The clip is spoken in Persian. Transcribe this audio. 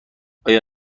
آیا